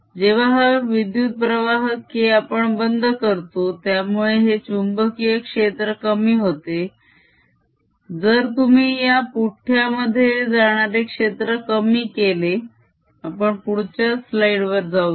जेव्हा हा विद्युत प्रवाह K आपण बंद करतो त्यामुळे हे चुंबकीय क्षेत्र कमी होते जर तुम्ही या पुठ्या मध्ये जाणारे क्षेत्र कमी केले आपण पुढच्या स्लाईड वर जाऊया